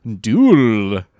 duel